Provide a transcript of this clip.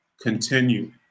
continue